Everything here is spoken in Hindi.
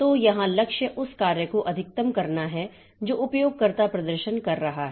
तो यहां लक्ष्य उस कार्य को अधिकतम करना है जो उपयोगकर्ता प्रदर्शन कर रहा है